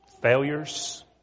Failures